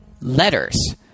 Letters